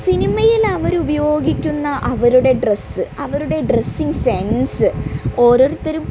സിനിമയിൽ അവരുപയോഗിക്കുന്ന അവരുടെ ഡ്രസ്സ് അവരുടെ ഡ്രസ്സിങ്ങ് സെൻസ് ഓരോരുത്തരും